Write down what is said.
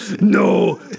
no